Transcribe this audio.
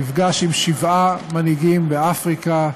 נפגש עם שבעה מנהיגים באפריקה.